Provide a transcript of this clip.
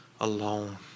alone